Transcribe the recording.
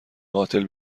قاتل